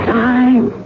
time